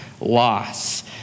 loss